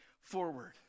forward